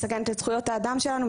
מסכנת את זכויות האדם שלנו,